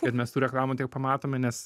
kad mes tų reklamų tiek pamatome nes